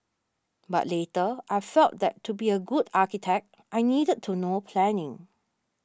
but later I felt that to be a good architect I needed to know planning